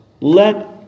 Let